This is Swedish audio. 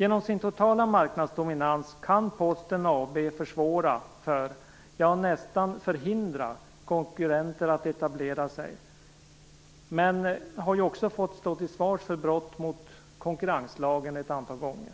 Genom sin totala marknadsdominans kan Posten AB försvåra för, ja nästan förhindra, konkurrenter att etablera sig, men Posten AB har ju också fått stå till svars för brott mot konkurrenslagen ett antal gånger.